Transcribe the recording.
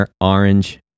Orange